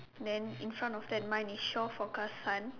then in front of that mine is shore forecast sun